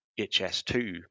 HS2